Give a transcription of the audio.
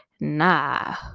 nah